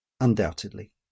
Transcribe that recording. Undoubtedly